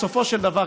בסופו של דבר,